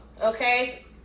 okay